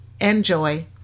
Enjoy